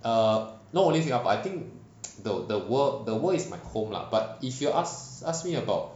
err not only singapore I think the the world is my home lah but if you ask ask me about